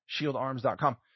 Shieldarms.com